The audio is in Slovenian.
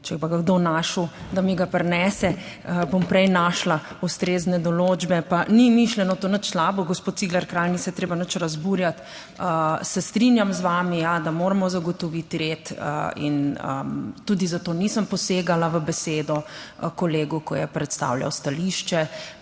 če bi ga kdo našel, da mi ga prinese. Bom prej našla ustrezne določbe. Pa ni mišljeno to nič slabo, gospod Cigler Kralj, ni se treba nič razburjati, se strinjam z vami, ja, da moramo zagotoviti red in tudi zato nisem posegala v besedo kolegu, ko je predstavljal stališče.